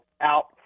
out